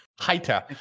Heiter